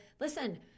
listen